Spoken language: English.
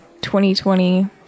2020